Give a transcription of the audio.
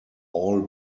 all